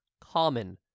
common